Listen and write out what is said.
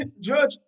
judge